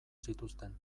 zituzten